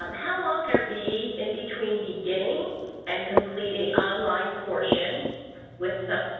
um how long are be in between beginning and completing online portion with some.